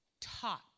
taught